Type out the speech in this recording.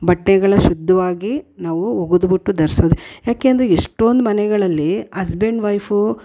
ಬಟ್ಟೆಗಳ ಶುದ್ಧವಾಗಿ ನಾವು ಒಗೆದ್ಬಿಟ್ಟು ಧರಿಸೋದ್ ಯಾಕೆಂದರೆ ಎಷ್ಟೋಂದು ಮನೆಗಳಲ್ಲಿ ಅಸ್ಬೆಂಡ್ ವೈಫು